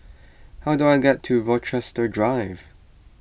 how do I get to Rochester Drive